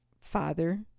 Father